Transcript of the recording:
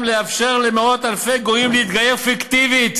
לאפשר למאות-אלפי גויים להתגייר פיקטיבית,